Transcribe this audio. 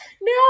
no